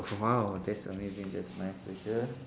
!wow! that's amazing that's nice to hear